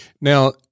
Now